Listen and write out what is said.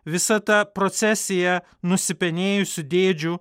visa ta procesija nusipenėjusių dėdžių